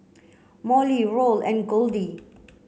Molly Roll and Goldie